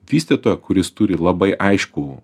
vystytoją kuris turi labai aiškų